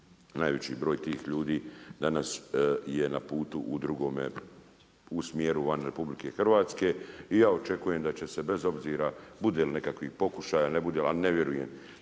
Najveći broj tih ljudi danas je na putu u drugome, u smjeru van RH. I ja očekujem da će se bez obzira bude li nekakvih pokušaja, ne bude, ali ne vjerujem